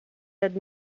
dat